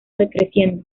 decreciendo